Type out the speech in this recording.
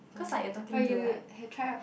!huh! but you have to he'll try out